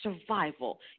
survival